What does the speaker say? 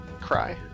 Cry